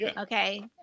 Okay